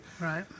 Right